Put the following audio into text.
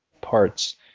parts